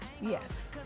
Yes